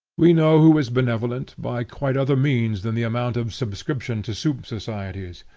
we know who is benevolent, by quite other means than the amount of subscription to soup-societies.